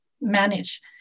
manage